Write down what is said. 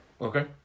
Okay